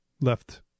left